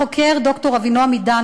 החוקר ד"ר אבינעם עידן,